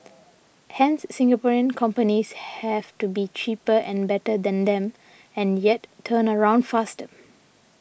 hence Singaporean companies have to be cheaper and better than them and yet turnaround faster